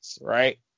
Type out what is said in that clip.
right